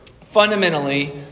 fundamentally